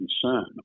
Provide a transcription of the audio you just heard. concern